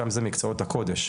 שם זה מקצועות הקודש,